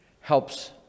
helps